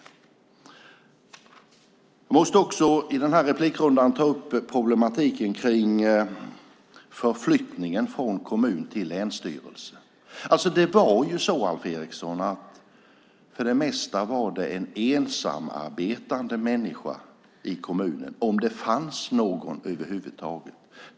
Jag måste också ta upp problematiken kring förflyttningen från kommun till länsstyrelse. Det var ju så, Alf Eriksson, att det för det mesta var en ensamarbetande människa i kommunen, om det över huvud taget fanns någon.